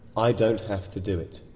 i don't have to do it.